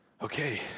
okay